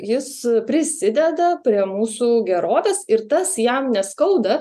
jis prisideda prie mūsų gerovės ir tas jam neskauda